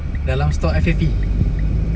dalam stor F F E